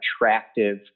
attractive